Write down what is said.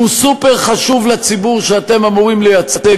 שהוא סופר-חשוב לציבור שאתם אמורים לייצג,